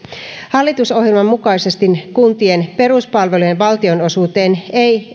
hallitusohjelman mukaisesti kuntien peruspalvelujen valtionosuuteen ei